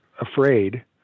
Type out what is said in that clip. afraid